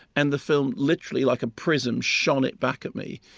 and the film, literally like a prism, shone it back at me.